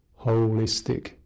holistic